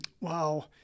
Wow